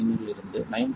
9 இலிருந்து 9